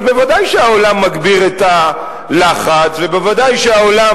אז ודאי שהעולם מגביר את הלחץ וודאי שהעולם